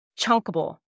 chunkable